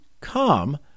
come